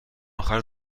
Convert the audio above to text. آخر